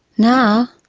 now,